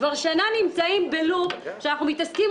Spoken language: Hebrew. כבר שנה נמצאים בלופ שבו אנחנו מתעסקים